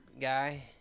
guy